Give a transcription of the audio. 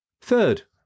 Third